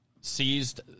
seized